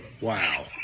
Wow